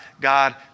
God